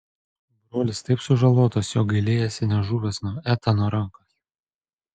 brolis taip sužalotas jog gailėjosi nežuvęs nuo etano rankos